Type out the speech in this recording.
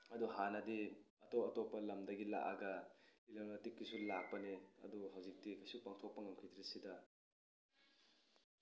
ꯑꯗꯣ ꯍꯥꯟꯅꯗꯤ ꯑꯇꯣꯞ ꯑꯇꯣꯞꯄ ꯂꯝꯗꯒꯤ ꯂꯥꯛꯑꯒ ꯂꯂꯣꯜ ꯏꯇꯤꯛꯀꯤꯁꯨ ꯂꯥꯛꯄꯅꯦ ꯑꯗꯨꯕꯨ ꯍꯧꯖꯤꯛꯇꯤ ꯀꯩꯁꯨ ꯄꯥꯡꯊꯣꯛꯄ ꯉꯝꯈꯤꯗ꯭ꯔꯦ ꯁꯤꯗ